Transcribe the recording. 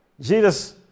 Jesus